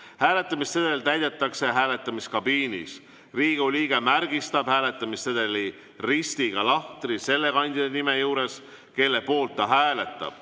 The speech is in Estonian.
Hääletamissedel täidetakse hääletamiskabiinis. Riigikogu liige märgistab hääletamissedelil ristiga lahtri selle kandidaadi nime juures, kelle poolt ta hääletab.